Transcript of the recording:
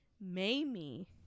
mamie